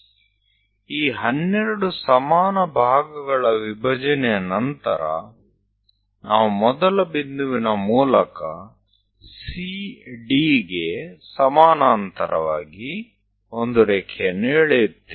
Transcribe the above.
આ 12 સમાન ભાગોની વહેચણી કર્યા બાદ આપણે CD ની સમાંતર પ્રથમ બિંદુમાંથી એક લીટી દોરીશું